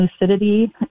Lucidity